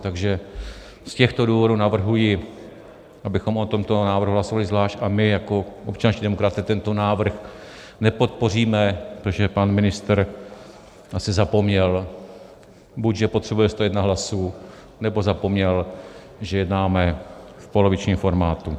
Takže z těchto důvodů navrhuji, abychom o tomto návrhu hlasovali zvlášť, a my jako občanští demokraté tento návrh nepodpoříme, protože pan ministr asi zapomněl, buď že potřebuje 101 hlasů, nebo zapomněl, že jednáme v polovičním formátu.